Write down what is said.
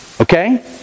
Okay